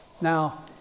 Now